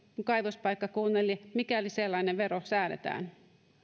kaivospaikkakunnille mikäli sellainen vero säädetään